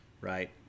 right